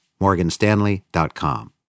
MorganStanley.com